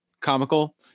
comical